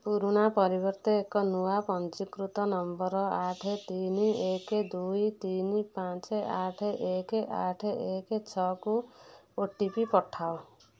ପୁରୁଣା ପରିବର୍ତ୍ତେ ଏକ ନୂଆ ପଞ୍ଜୀକୃତ ନମ୍ବର୍ ଆଠେ ତିନି ଏକେ ଦୁଇ ତିନି ପାଞ୍ଚେ ଆଠେ ଏକେ ଆଠେ ଏକେ ଛଅକୁ ଓ ଟି ପି ପଠାଅ